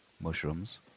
mushrooms